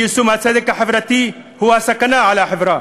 אי-יישום הצדק החברתי הוא סכנה לחברה,